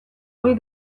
ohi